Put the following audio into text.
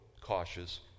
cautious